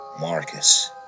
Marcus